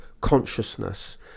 consciousness